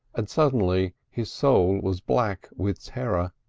and suddenly his soul was black with terror.